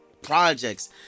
projects